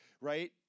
right